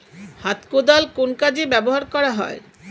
হাত কোদাল কোন কাজে ব্যবহার করা হয়?